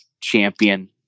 champion